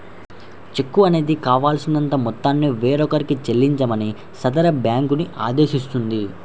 చెక్కు అనేది కావాల్సినంత మొత్తాన్ని వేరొకరికి చెల్లించమని సదరు బ్యేంకుని ఆదేశిస్తుంది